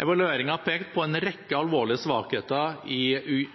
Evalueringen pekte på en rekke alvorlige svakheter i